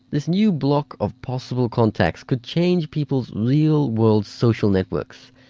this new block of possible contacts could change people's real-world social networks.